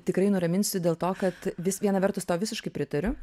tikrai nuraminsiu dėl to kad vis viena vertus tau visiškai pritariu